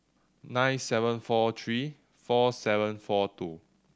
nine seven four three four seven four two